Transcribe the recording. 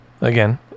again